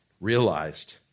realized